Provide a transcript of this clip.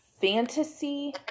fantasy